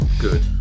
good